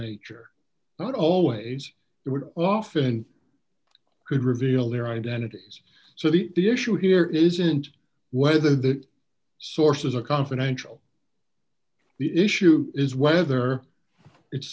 not always what often could reveal their identities so the the issue here isn't whether the sources are confidential the issue is whether it's